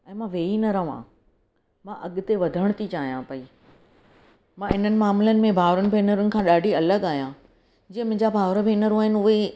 ऐं मां वेही न रहां मां अॻिते वधण थी चाहियां पई मां इन्हनि मामले में भाउरनि भेनरुनि खां ॾाढी अलॻि आहियां जे मुंहिंजा भाउर भेनरूं आहिनि उहे ई